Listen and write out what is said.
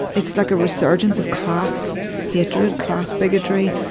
it's like a resurgence of class hatred, class bigotry,